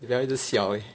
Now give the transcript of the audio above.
你不要一直笑 leh